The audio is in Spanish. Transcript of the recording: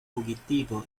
fugitivo